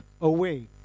away